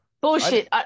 Bullshit